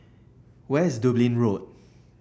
where is Dublin Road